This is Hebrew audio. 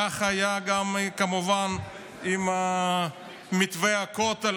כך היה גם כמובן עם מתווה הכותל,